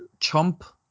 Chomp